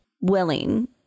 willing